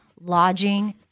lodging